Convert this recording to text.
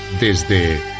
desde